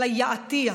(אומרת בערבית ומתרגמת:)